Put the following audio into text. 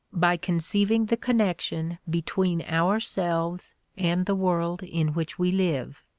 by conceiving the connection between ourselves and the world in which we live.